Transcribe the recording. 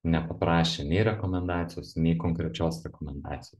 nepaprašė nei rekomendacijos nei konkrečios rekomendacijos